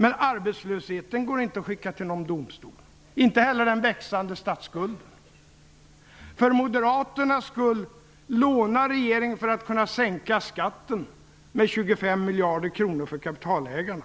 Men arbetslösheten går inte att skicka till någon domstol -- inte heller den växande statsskulden. För Moderaternas skull lånar regeringen för att kunna sänka skatten med 25 miljarder kronor för kapitalägarna.